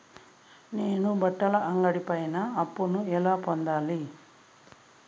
నేను బట్టల అంగడి పైన అప్పును ఎలా పొందాలి?